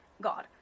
god